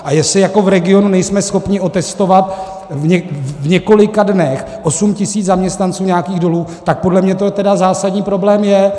A jestli v regionu nejsme schopni otestovat v několika dnech 8 tisíc zaměstnanců nějakých dolů, tak podle mě to tedy zásadní problém je.